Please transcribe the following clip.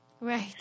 Right